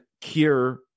cure